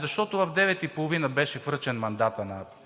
Защото в 9,30 ч. беше връчен мандатът на председателя